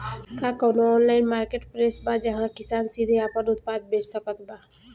का कउनों online marketplace बा जहां किसान सीधे आपन उत्पाद बेच सकत बा?